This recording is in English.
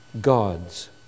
gods